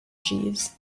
jeeves